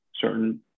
certain